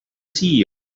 ceo